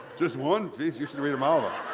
just one? jeez, you should read them all. ah